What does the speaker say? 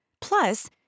Plus